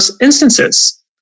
instances